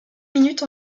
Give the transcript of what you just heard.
minute